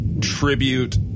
tribute